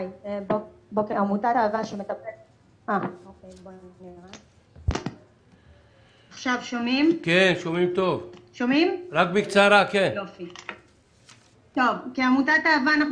כעמותת אהב"ה,